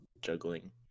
Juggling